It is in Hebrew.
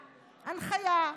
הנחיה: